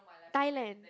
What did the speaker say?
Thailand